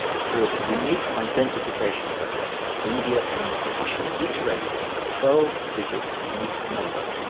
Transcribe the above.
through its unique identification project india aims to issue each resident a twelve digit unique number,